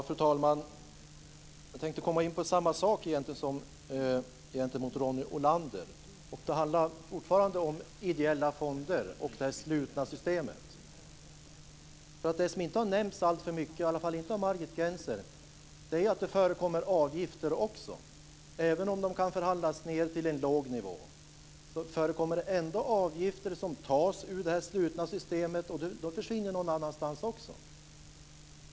Fru talman! Jag tänkte komma in på samma sak som jag gjorde i replikväxlingen med Ronny Olander. Det handlar fortfarande om ideella fonder och det slutna systemet. Det som inte har nämnts alltför mycket - i alla fall inte av Margit Gennser - är att det också förekommer avgifter, även om de kan förhandlas ned till en låg nivå. Det förekommer ändå avgifter som tas ur detta slutna system, och då försvinner det pengar någon annanstans också.